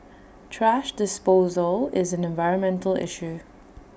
thrash disposal is an environmental issue